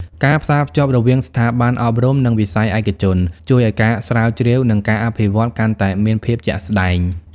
ការផ្សារភ្ជាប់រវាងស្ថាប័នអប់រំ និងវិស័យឯកជនជួយឱ្យការស្រាវជ្រាវ និងការអភិវឌ្ឍកាន់តែមានភាពជាក់ស្ដែង។